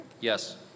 Yes